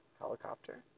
helicopter